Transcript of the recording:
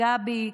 גדי,